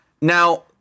Now